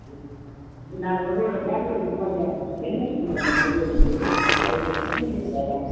இத் இது நாங்கள் வந்து ஒரு ப்ராஜக்ட் விஷ்யமாக எ என்எல்சி போகனும் நெய்வேலிக்கு அதில் உங்கள் சிங்னேச்சர் தேவை